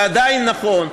ועדיין נכון,